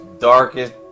Darkest